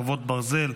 חרבות ברזל),